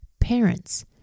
Parents